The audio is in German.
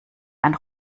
ein